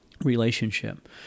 relationship